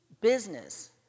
business